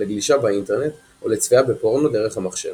לגלישה באינטרנט או לצפייה בפורנו דרך המחשב.